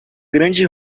grande